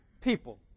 people